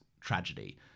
tragedy